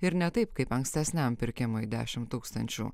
ir ne taip kaip ankstesniam pirkimui dešim tūkstančių